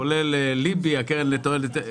וסתם